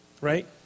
Right